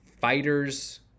fighters